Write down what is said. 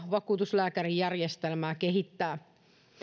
vakuutuslääkärijärjestelmää kehittää